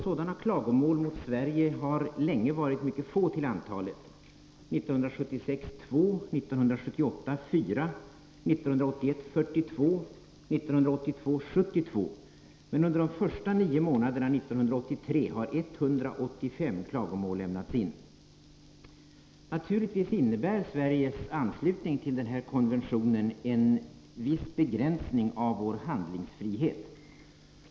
Sådana klagomål mot Sverige har länge varit mycket få till antalet. 2 klagomål anfördes år 1976, 4 år 1978, 42 år 1981 och 72 år 1982. Men under de första nio månaderna 1983 har 185 klagomål lämnats in. Självfallet innebär Sveriges anslutning till denna konvention en viss begränsning av vår handlingsfrihet.